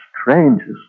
strangest